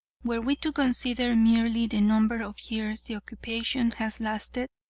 were we to consider merely the number of years the occupation has lasted,